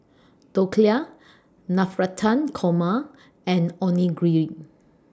Dhokla Navratan Korma and Onigiri